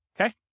Okay